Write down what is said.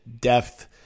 depth